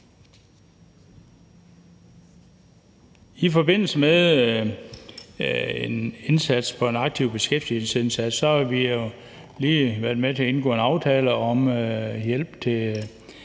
I forbindelse med en indsats for en aktiv beskæftigelsesindsats har vi jo lige været med til at indgå en aftale om hjælp til